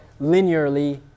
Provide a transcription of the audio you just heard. linearly